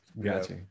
Gotcha